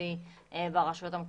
תעסוקתי ברשויות המקומיות,